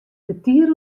kertier